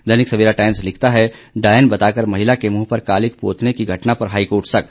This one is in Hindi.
दैनिक सवेरा टाईम्स लिखता है डायन बता कर महिला के मुंह पर कालिख पोतने की घटना पर हाईकोर्ट सख्त